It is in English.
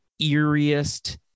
eeriest